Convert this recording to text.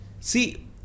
See